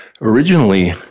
originally